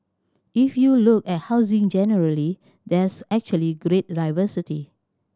if you look at housing in generally there's actually great diversity